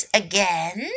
again